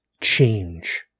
change